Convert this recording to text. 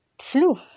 flu